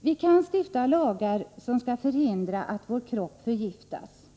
Vi kan stifta lagar, som skall förhindra att vår kropp förgiftas.